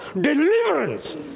deliverance